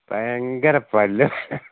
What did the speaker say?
ഭയങ്കര പല്ല് വേദന